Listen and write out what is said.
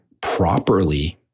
properly